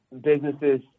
businesses